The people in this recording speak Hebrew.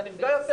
אתה נפגע יותר.